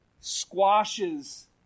squashes